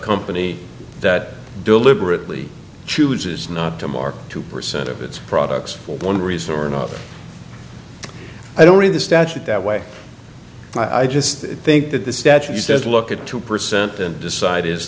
company that deliberately chooses not to market two percent of its products for one reason or another i don't read the statute that way i just think that the statute says look at two percent and decide is